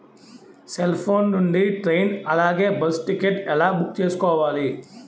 Cell phone నుండి train అలాగే bus ticket ఎలా బుక్ చేసుకోవాలి?